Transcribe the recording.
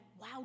wow